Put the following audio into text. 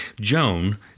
Joan